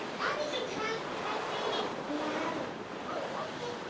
abby should try try saying it louder. oh okay.